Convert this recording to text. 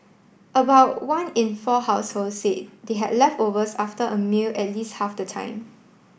about one in four households said they had leftovers after a meal at least half the time